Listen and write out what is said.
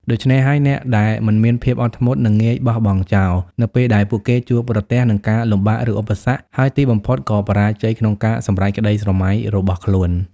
ដូច្នេះហើយ អ្នកដែលមិនមានភាពអត់ធ្មត់នឹងងាយបោះបង់ចោល នៅពេលដែលពួកគេជួបប្រទះនឹងការលំបាកឬឧបសគ្គ ហើយទីបំផុតក៏បរាជ័យក្នុងការសម្រេចក្តីស្រមៃរបស់ខ្លួន។